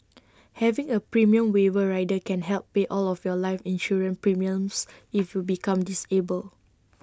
having A premium waiver rider can help pay all of your life insurance premiums if you become disabled